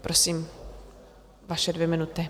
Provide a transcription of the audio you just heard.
Prosím, vaše dvě minuty.